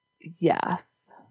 Yes